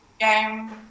game